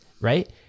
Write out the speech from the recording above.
right